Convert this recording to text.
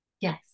Yes